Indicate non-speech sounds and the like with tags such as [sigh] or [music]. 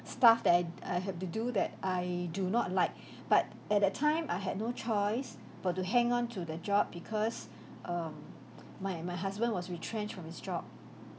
stuff that I d~ I have to do that I do not like [breath] but at that time I had no choice but to hang on to the job because [breath] um [noise] my my husband was retrenched from his job